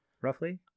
roughly